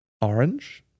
Orange